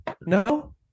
No